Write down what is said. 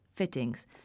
fittings